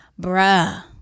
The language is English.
bruh